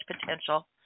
potential